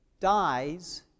dies